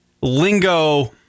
lingo